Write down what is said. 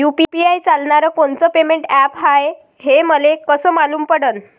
UPI चालणारं कोनचं payment app हाय, हे मले कस मालूम पडन?